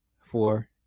four